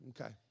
okay